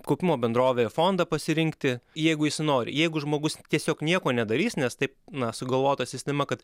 kaupimo bendrovėje fondą pasirinkti jeigu jis nori jeigu žmogus tiesiog nieko nedarys nes taip na sugalvota sistema kad